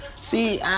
see